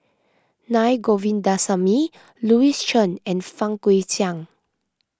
Naa Govindasamy Louis Chen and Fang Guixiang